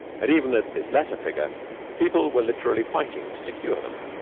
and even at this latter figure people were literally fighting to secure them.